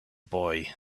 boy